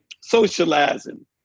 socializing